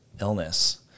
illness